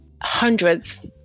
hundreds